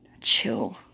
chill